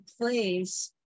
place